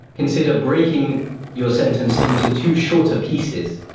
consider breaking your sentence into two shorter pieces.